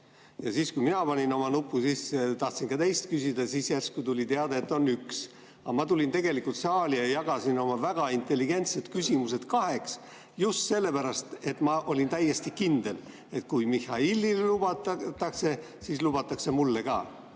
Ja siis, kui mina panin oma nupu sisse, tahtsin ka teist küsida, siis järsku tuli teade, et on üks. Aga ma tulin tegelikult saali ja jagasin oma väga intelligentsed küsimused kaheks just sellepärast, et ma olin täiesti kindel, et kui Mihhailile lubatakse, siis lubatakse mulle ka.